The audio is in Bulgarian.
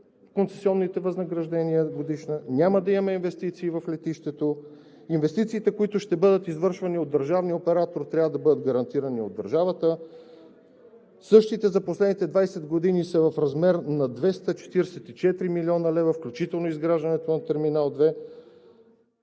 концесионните възнаграждения на годишна, няма да има инвестиции в летището. Инвестициите, които ще бъдат извършвани от държавния оператор, трябва да бъдат гарантирани от държавата. Същите за последните 20 години са в размер на 244 млн. лв., включително изграждането на Терминал 2,